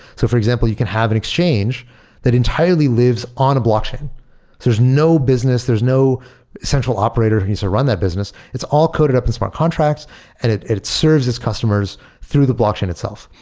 so for example, you can have and exchange that entirely lives on blockchain. there's no business. there's no central operator who needs to ah run that business. it's all coded up in smart contracts and it it serves its customers through the blockchain itself,